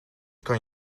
kan